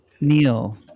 neil